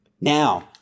Now